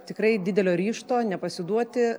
tikrai didelio ryžto nepasiduoti